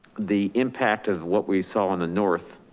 the impact of what we saw in the north